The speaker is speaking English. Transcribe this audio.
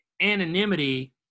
anonymity